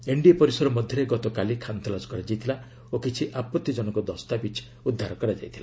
NDA ପରିସର ମଧ୍ୟରେ ଗତକାଲି ଖାନ୍ତଲାସ କରାଯାଇଥିଲା ଓ କିଛି ଆପଭିଜନକ ଦସ୍ତାବିଜ୍ ଉଦ୍ଧାର କରାଯାଇଥିଲା